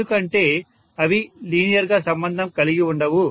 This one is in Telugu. ఎందుకంటే అవి లీనియర్ గా సంబంధం కలిగి ఉండవు